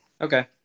Okay